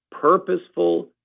purposeful